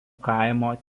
kaimo